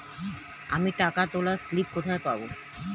আমি টাকা তোলার স্লিপ কোথায় পাবো?